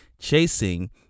chasing